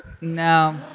No